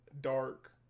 dark